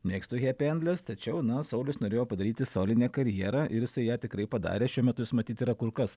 mėgstu hepi endles tačiau nors saulius norėjo padaryti solinę karjerą ir jisai ją tikrai padarė šiuo metu jis matyt yra kur kas